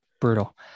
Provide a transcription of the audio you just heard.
brutal